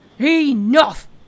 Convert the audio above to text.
Enough